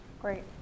Great